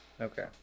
Okay